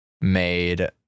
made